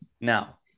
Now